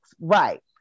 right